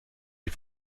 die